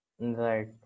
Right